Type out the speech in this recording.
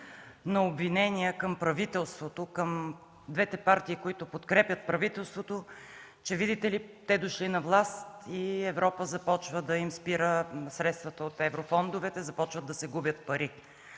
на обвинения към правителството, към двете партии, които го подкрепят, че, видите ли, те дошли на власт и Европа започва да спира средствата от еврофондовете, започват да се губят пари.